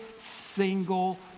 single